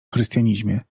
chrystianizmie